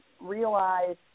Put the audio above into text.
realize